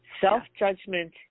Self-judgment